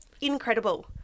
incredible